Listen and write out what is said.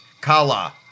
kala